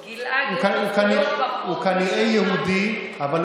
רגע, קואליציה יותר מצומקת, מה?